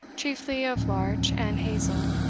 chiefly of larch and hazel,